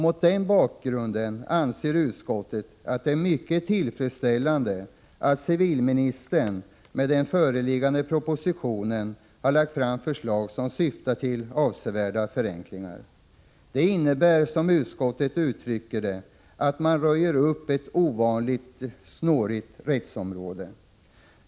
Mot den bakgrunden anser utskottet att det är mycket tillfredsställande att civilministern med den föreliggande propositionen har lagt fram förslag som syftar till avsevärda förenklingar. Det innebär, som utskottet uttrycker det, att man röjer upp ett ovanligt snårigt rättsområde.